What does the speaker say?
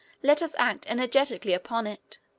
let us act energetically upon it.